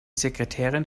sekretärin